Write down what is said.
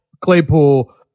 Claypool